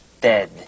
dead